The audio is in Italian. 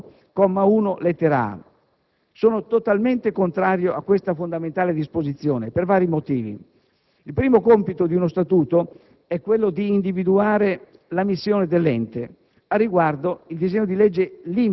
autonomia riconosciuta all'articolo 1, comma 1, lettera *a).* Sono totalmente contrario a questa fondamentale disposizione, per vari motivi. Il primo compito di uno Statuto è quello di individuare la missione dell'ente.